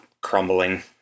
crumbling